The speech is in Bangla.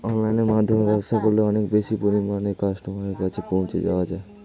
অনলাইনের মাধ্যমে ব্যবসা করলে অনেক বেশি পরিমাণে কাস্টমারের কাছে পৌঁছে যাওয়া যায়?